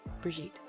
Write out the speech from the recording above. Brigitte